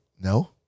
No